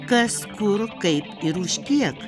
kas kur kaip ir už kiek